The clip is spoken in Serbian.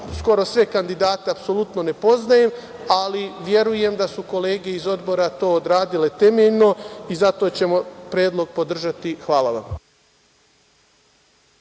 skoro sve kandidate apsolutno ne poznajem, ali verujem da su kolege iz odbora to odradile temeljno i zato ćemo predlog podržati. Hvala vam.